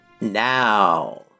now